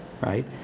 right